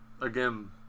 again